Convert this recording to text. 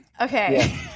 Okay